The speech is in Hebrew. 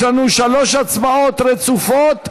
יש לנו שלוש הצבעות רצופות,